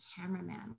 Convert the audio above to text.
cameraman